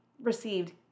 received